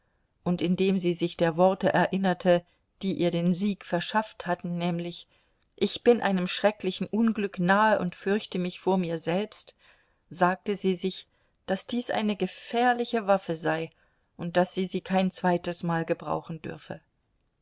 und indem sie sich der worte erinnerte die ihr den sieg verschafft hatten nämlich ich bin einem schrecklichen unglück nahe und fürchte mich vor mir selbst sagte sie sich daß dies eine gefährliche waffe sei und daß sie sie kein zweites mal gebrauchen dürfe